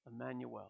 Emmanuel